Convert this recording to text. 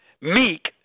Meek